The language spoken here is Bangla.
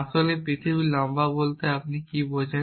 আসলেই পৃথিবীর লম্বা বলতে আপনি কি বোঝেন